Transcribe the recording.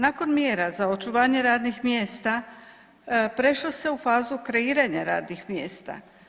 Nakon mjera za očuvanje radnih mjesta prešlo se u fazu kreiranja radnih mjesta.